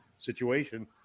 situation